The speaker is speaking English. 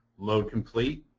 loadcomplete,